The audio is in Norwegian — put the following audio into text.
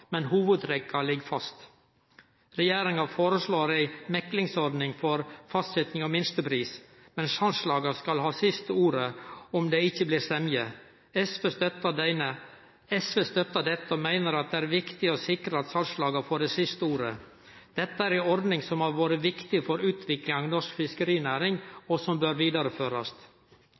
Men hovudtrekka ligg fast. Regjeringa foreslår ei meklingsordning for fastsetjing av minstepris, men salslaga skal ha siste ordet om det ikkje blir semje. SV støttar dette og meiner at det er viktig å sikre at salslaga får det siste ordet. Dette er ei ordning som har vore viktig for utviklinga av norsk fiskerinæring, og som bør vidareførast.